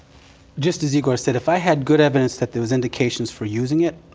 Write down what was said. just as igor said, if i had good evidence that there was indications for using it,